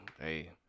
hey